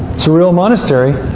it's a real monastery.